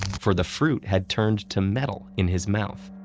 for the fruit had turned to metal in his mouth.